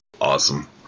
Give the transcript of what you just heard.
awesome